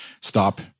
Stop